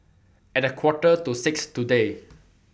At A Quarter to six today